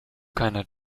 keiner